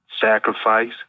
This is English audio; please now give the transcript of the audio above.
Sacrifice